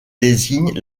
désigne